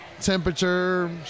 temperature